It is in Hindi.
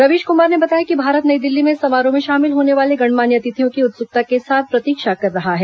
रवीश क्मार ने बताया कि भारत नई दिल्ली में इस समारोह में शामिल होने वाले गणमान्य अतिथियों की उत्सुकता के साथ प्रतीक्षा कर रहा है